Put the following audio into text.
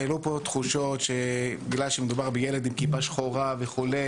שהעלו פה תחושות שבגלל שמדובר בילד עם כיפה שחורה וכו',